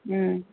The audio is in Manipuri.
ꯎꯝ